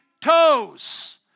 toes